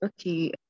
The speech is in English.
Okay